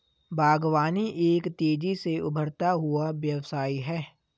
बागवानी एक तेज़ी से उभरता हुआ व्यवसाय है